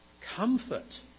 comfort